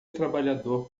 trabalhador